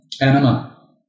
Anima